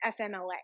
FMLA